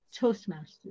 Toastmasters